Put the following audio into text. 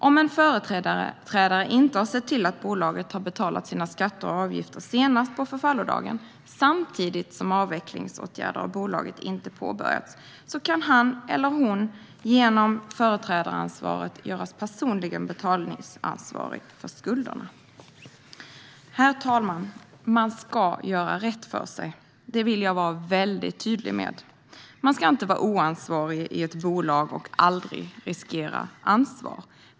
Om en företrädare inte har sett till att bolaget betalat sina skatter och avgifter senast på förfallodagen samtidigt som avvecklingsåtgärder av bolaget inte har påbörjats kan han eller hon genom företrädaransvaret göras personligt ansvarig för skulderna. Herr talman! Man ska göra rätt för sig. Det vill jag vara väldigt tydlig med. Man ska inte vara oansvarig i ett bolag och aldrig riskera ansvar.